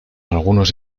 algunos